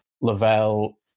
Lavelle